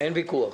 אין ויכוח.